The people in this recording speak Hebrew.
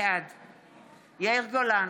בעד יאיר גולן,